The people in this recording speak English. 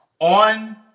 on